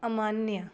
अमान्या